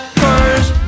first